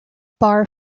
bar